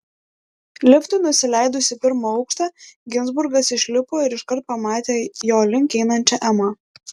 liftui nusileidus į pirmą aukštą ginzburgas išlipo ir iškart pamatė jo link einančią emą